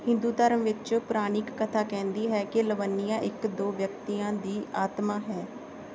ਹਿੰਦੂ ਧਰਮ ਵਿੱਚ ਪੁਰਾਣਿਕ ਕਥਾ ਕਹਿੰਦੀ ਹੈ ਕਿ ਲਵਾਨੀਆ ਇੱਕ ਦੋ ਵਿਅਕਤੀਆਂ ਦੀ ਆਤਮਾ ਹੈ